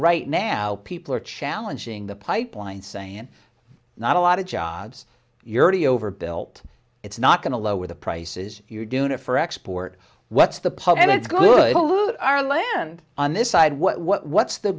right now people are challenging the pipeline saying not a lot of jobs you're ready overbuilt it's not going to lower the prices you're doing it for export what's the public good to loot our land on this side what what's the